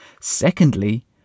Secondly